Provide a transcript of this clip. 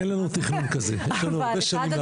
אין לנו תכנון כזה, יש לנו הרבה שנים לעבוד.